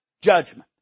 judgment